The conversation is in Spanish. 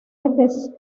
defensor